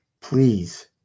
Please